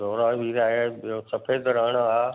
सोरावीर आहे ॿियो सफ़ेद राणा आहे